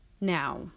Now